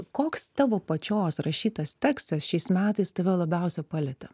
koks tavo pačios rašytas tekstas šiais metais tave labiausia palietė